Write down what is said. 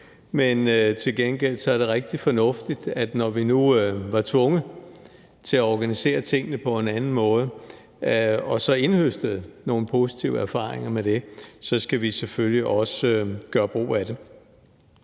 men til gengæld er det rigtig fornuftigt, når vi nu var tvunget til at organisere tingene på en anden måde og har indhøstet nogle positive erfaringer med det, så selvfølgelig også at gøre brug af det.